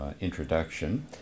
introduction